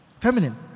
Feminine